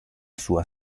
sua